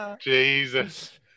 Jesus